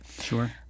Sure